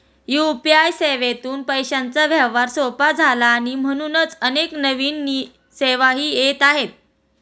UPI सेवेतून पैशांचा व्यवहार सोपा झाला आणि म्हणूनच अनेक नवीन सेवाही येत आहेत